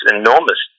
enormous